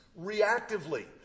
reactively